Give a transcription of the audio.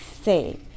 safe